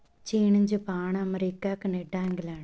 ਚੀਨ ਜਪਾਣ ਅਮਰੀਕਾ ਕਨੇਡਾ ਇੰਗਲੈਂਡ